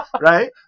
Right